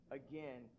again